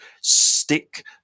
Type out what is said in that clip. stick